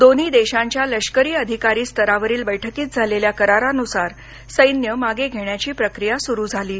दोन्ही देशांच्या लष्करी अधिकारी स्तरावरील बैठकीत झालेल्या करारानुसार सैन्य मागं घेण्याची प्रक्रिया सुरू झाली आहे